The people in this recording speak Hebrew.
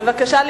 בבקשה.